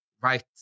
right